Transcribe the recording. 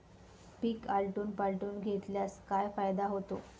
पीक आलटून पालटून घेतल्यास काय फायदा होतो?